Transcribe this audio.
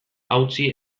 hautsi